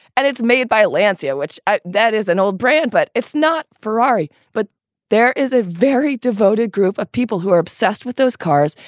and it's made by lanzetta, which at that is an old brand, but it's not ferrari. but there is a very devoted group of people who are obsessed with those cars.